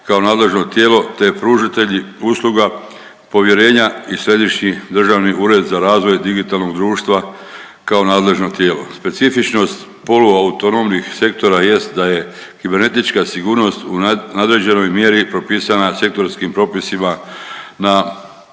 kao nadležno tijelo, te pružitelji usluga povjerenja i Središnji državni ured za razvoj digitalnog društva kao nadležno tijelo. Specifičnost polu autonomnih sektora jest da je kibernetička sigurnost u nadređenoj mjeri propisana sektorskim propisima na